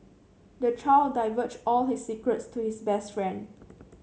the child divulged all his secrets to his best friend